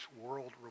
world